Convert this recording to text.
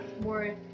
more